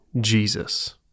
Jesus